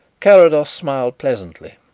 carrados smiled pleasantly,